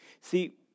See